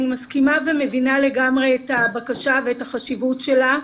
אני מסכימה ומבינה לגמרי את הבקשה ואת החשיבות שלה.